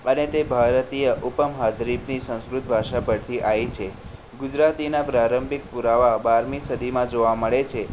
અને તે ભારતીય ઉપમહાદ્વીપની સંસ્કૃત ભાષા પરથી આવી છે ગુજરાતીના પ્રારંભિક પુરાવા બારમી સદીમાં જોવા મળે છે